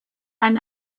ein